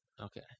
okay